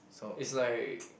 it's like